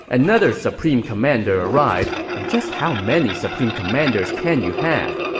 another supreme commander arrived and just how many supreme commanders can you have?